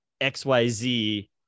XYZ